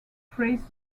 praise